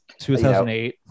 2008